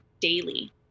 daily